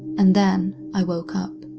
and then, i woke up.